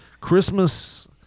Christmas